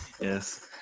yes